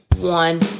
one